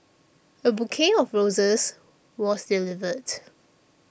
a bouquet of roses was delivered